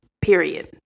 period